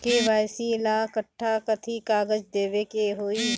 KYC ला कट्ठा कथी कागज देवे के होई?